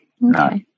No